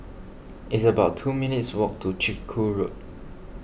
it's about two minutes' walk to Chiku Road